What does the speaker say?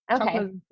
Okay